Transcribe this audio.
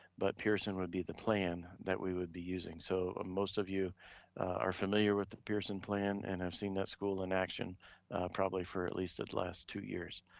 but pearson would be the plan that we would be using. so most of you are familiar with the pearson plan and have seen that school in action probably for at least the last two years.